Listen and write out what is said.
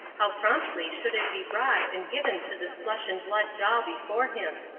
how promptly should it be bought and given to this flesh-and-blood doll before him.